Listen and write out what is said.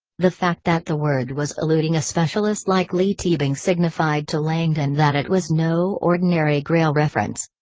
the fact that the word was eluding a specialist like leigh teabing signified to langdon that it was no ordinary grail reference.